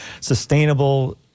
sustainable